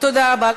תודה רבה.